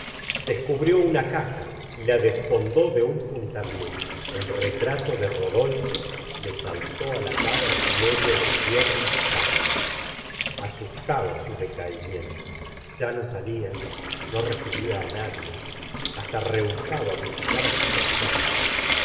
descubrió una cja y la desfond ó de un puntapié re tra to de rodolfo le saltó á la cara en me dio de tierna s curtas asustaba su decaimiento ya no salia no r ecibía l á nadie hasta rehusaba vi sitar á sus enfermos